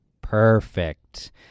Perfect